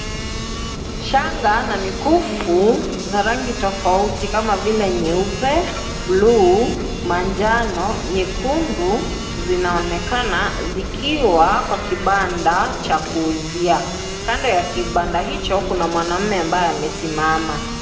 Shanga na mikufu, za rangi tofauti kama vile nyeupe, (cs) blue(cs), manjano, nyekundu, zinaonekana, zikiwa, kwa kibanda, cha kuuzia, kando ya kibanda hicho kuna mwanaume ambaye amesimama.